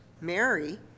mary